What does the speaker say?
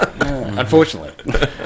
unfortunately